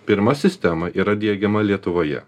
pirma sistema yra diegiama lietuvoje